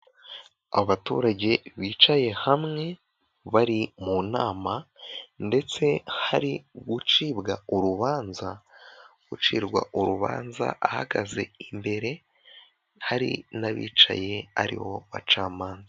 Abaturage bicaye hamwe bari mu nama ndetse hari gucibwa urubanza, ucirwa urubanza ahagaze imbere, hari n'abicaye ari bo bacamanza.